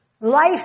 Life